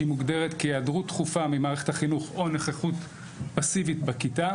שהיא מוגדרת כהיעדרות תכופה ממערכת החינוך או נוכחות פסיבית בכיתה,